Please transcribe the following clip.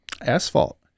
Asphalt